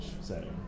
setting